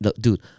Dude